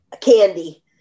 candy